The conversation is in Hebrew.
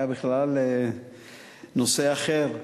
היה בכלל נושא אחר,